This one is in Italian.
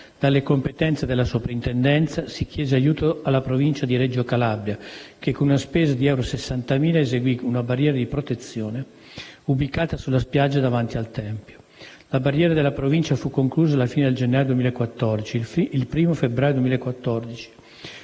dalle competenze della Soprintendenza, si chiese aiuto alla Provincia di Reggio Calabria, che con una spesa di 60.000 euro eseguì una barriera di protezione, ubicata sulla spiaggia davanti al tempio. La barriera della Provincia fu conclusa alla fine di gennaio 2014. Il 1° febbraio 2014